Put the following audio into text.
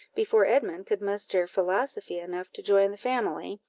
before edmund could muster philosophy enough to join the family,